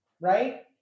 Right